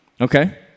Okay